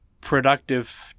productive